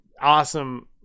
awesome